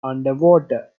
underwater